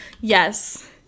Yes